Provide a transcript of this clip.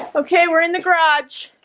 okay, we're in the garage